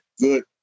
Good